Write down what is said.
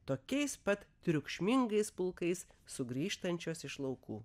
tokiais pat triukšmingais pulkais sugrįžtančios iš laukų